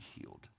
healed